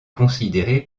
considéré